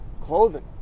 clothing